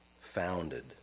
founded